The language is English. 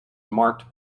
marked